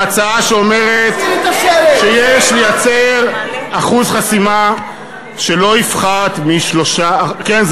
על ההצעה שאומרת שיש לייצר אחוז חסימה שלא יפחת מ-3% כן,